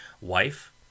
Wife